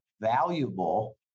valuable